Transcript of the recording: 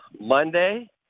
Monday